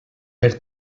per